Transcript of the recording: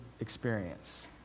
experience